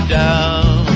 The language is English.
down